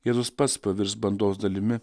jėzus pats pavirs bandos dalimi